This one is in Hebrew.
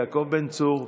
יואב בן צור,